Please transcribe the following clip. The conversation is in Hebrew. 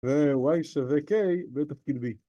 Y שווה K בתפקיד B